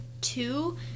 two